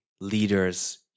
leaders